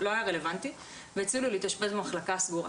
לא היה רלוונטי, והציעו לו להתאשפז במחלקה הסגורה.